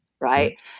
right